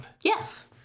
Yes